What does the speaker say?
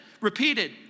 repeated